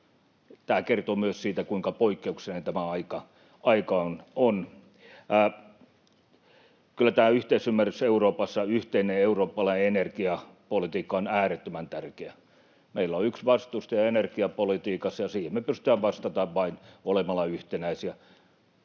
Tämä kertoo myös siitä, kuinka poikkeuksellinen tämä aika on. Kyllä tämä yhteisymmärrys Euroopassa, yhteinen eurooppalainen energiapolitiikka, on äärettömän tärkeä. Meillä on yksi vastustaja energiapolitiikassa, ja siihen me pystytään vastaamaan vain olemalla yhtenäisiä.